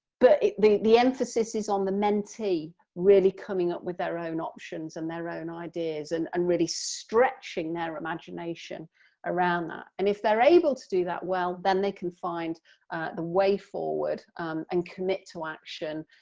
but the the emphasis is on the mentee really coming up with their own options and their own ideas and and really stretching their imagination around that. and if they're able to do that well then they can find the way forward and commit to action,